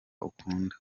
ukunda